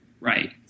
Right